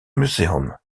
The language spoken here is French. museum